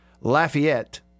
Lafayette